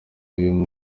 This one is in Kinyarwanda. y’uyu